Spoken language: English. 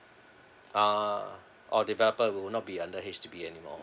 ah the developer will not be under H_D_B anymore